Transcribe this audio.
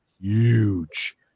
huge